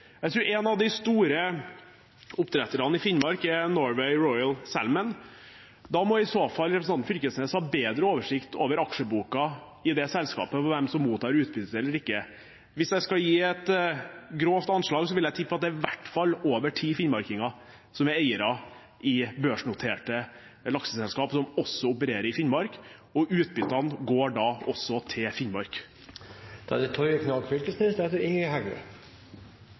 Jeg tror en av de store oppdretterne i Finnmark er Norway Royal Salmon. Da må i så fall representanten Knag Fylkesnes ha bedre oversikt over aksjeboka i det selskapet over hvem som mottar utbytte og ikke. Hvis jeg skal gi et grovt anslag, vil jeg tippe at det er i hvert fall over ti finnmarkinger som er eiere i børsnoterte lakseselskap som også opererer i Finnmark, og utbyttene går da også til Finnmark. Det